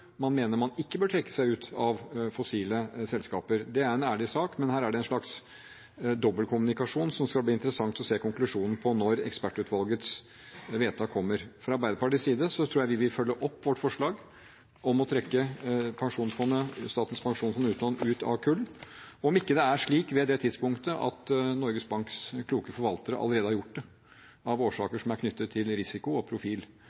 man mener man ikke bør trekke seg ut av fossile selskaper. Det er en ærlig sak, men her er det en slags dobbeltkommunikasjon som det skal bli interessant å se konklusjonen av når ekspertutvalgets vedtak kommer. Fra Arbeiderpartiets side tror jeg vi vil følge opp vårt forslag om å trekke Statens pensjonsfond utland ut av kull, om det ikke er slik ved det tidspunktet at Norges Banks kloke forvaltere allerede har gjort det, av årsaker som er knyttet til risiko og profil.